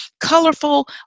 colorful